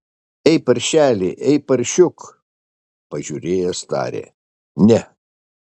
ei paršeli ei paršiuk pažiūrėjęs tarė ne